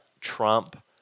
Trump